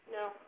No